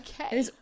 okay